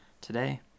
today